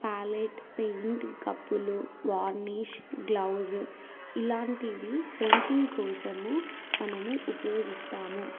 palette paint కప్పులు varnish gloves ఇలాంటివి painting కోసము మనము ఉపయోగిస్తాము